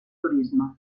turisme